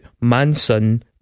Manson